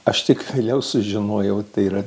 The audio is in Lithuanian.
aš tik vėliau sužinojau tai yra